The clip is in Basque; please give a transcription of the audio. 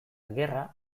gerra